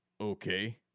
okay